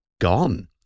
gone